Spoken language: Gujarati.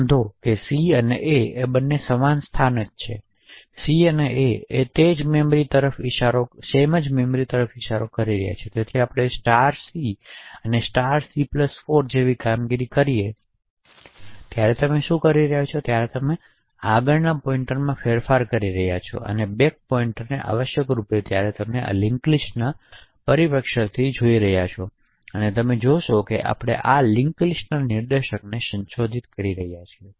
નોંધ કે C અને a સમાન સ્થાન છે સી અને a તે જ મેમરી ભાગ તરફ ઇશારો કરી રહ્યા છે તેથી આપણે c અને c4 જેવી કામગીરી કરી ત્યારે તમે શું કરી રહ્યા છો કે આગળના પોઇન્ટરમાં ફેરફાર કરો છો અને બેક પોઇન્ટર આવશ્યકરૂપે જ્યારે આપણે આને લિંક્ડ લિસ્ટના પરિપ્રેક્ષ્યથી જોઈએ છીએ ત્યારે તમે શું જોશો તે એ છે કે આપણે લિંક્ડ લિસ્ટના નિર્દેશકોને સંશોધિત કરી રહ્યા છીએ